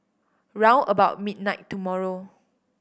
round about midnight tomorrow